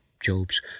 Job's